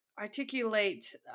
articulate